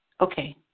okay